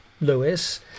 Lewis